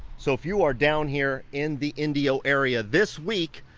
so if you are down here in the indio area this week,